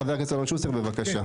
חבר הכנסת אלון שוסטר, בבקשה.